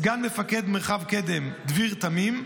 לסגן מפקד מרחב קדם דביר תמים,